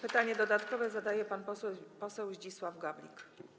Pytanie dodatkowe zadaje pan poseł Zdzisław Gawlik.